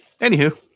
Anywho